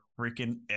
freaking